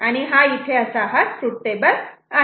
आणि हा असा तृथ टेबल आहे